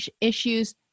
issues